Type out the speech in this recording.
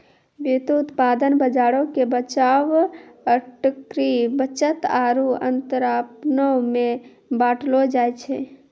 व्युत्पादन बजारो के बचाव, अटकरी, बचत आरु अंतरपनो मे बांटलो जाय छै